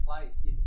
place